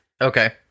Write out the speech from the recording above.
Okay